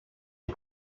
est